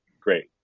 great